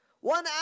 One